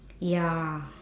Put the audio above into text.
ya